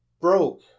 broke